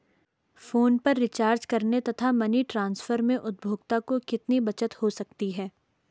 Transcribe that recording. Phone पर recharge करने तथा मनी ट्रांसफर में उपभोक्ता को कितनी बचत हो सकती है?